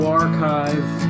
archive